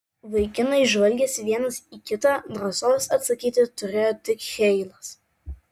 vaikinai žvalgėsi vienas į kitą drąsos atsakyti turėjo tik heilas